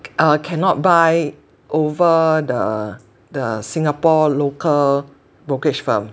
err cannot buy over the the Singapore local brokerage firm